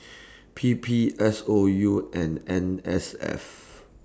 P P S O U and N S F